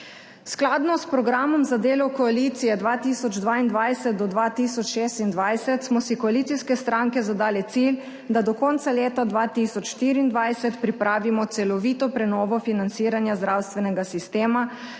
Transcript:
Skladno s programom za delo koalicije 2022-2026 smo si koalicijske stranke zadale cilj, da do konca leta 2024 pripravimo celovito prenovo financiranja zdravstvenega sistema,